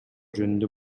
жөнүндө